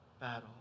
battle